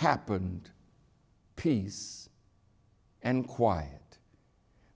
happened peace and quiet